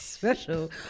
special